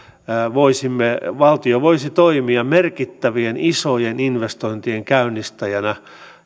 valtio voisi toimia merkittävien isojen investointien käynnistäjänä